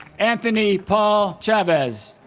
anthony paul chavez